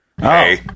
hey